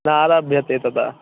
नारभ्यते तदा